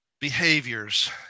Behaviors